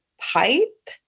pipe